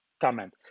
comment